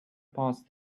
passed